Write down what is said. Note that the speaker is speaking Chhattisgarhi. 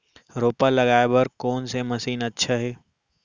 रोपा लगाय बर कोन से मशीन अच्छा हे?